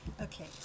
Okay